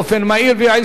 באופן מהיר ויעיל,